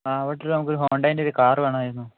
ആ അവിടുത്ത നമുക്ക് ഹോണ്ടയിൻ്റ ഒരു കാർ വേണമായിരുന്നു